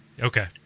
Okay